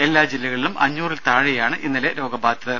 എല്ലാ ജില്ലകളിലും അഞ്ഞൂറിൽ താഴെയാണ് ഇന്നലെ രോഗബാധിതർ